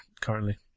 currently